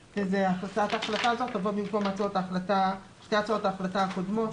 הצעת ההחלטה הזאת תבוא במקום שתי הצעות ההחלטה הקודמות.